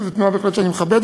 שזו תנועה שאני בהחלט מכבד,